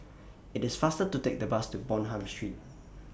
IT IS faster to Take The Bus to Bonham Street